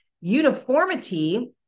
Uniformity